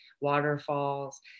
waterfalls